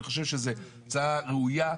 אני חושב שזו הצעה ראויה,